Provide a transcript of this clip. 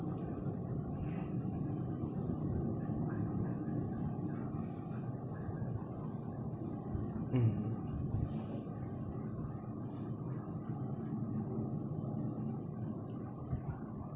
mm